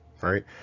right